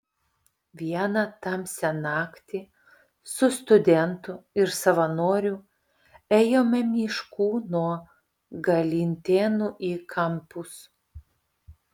vieną tamsią naktį su studentu ir savanoriu ėjome mišku nuo galintėnų į kampus